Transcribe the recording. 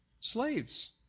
slaves